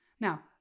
now